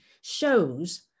shows